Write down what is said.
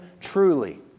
truly